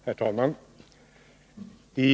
Herr talman!